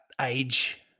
age